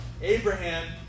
Abraham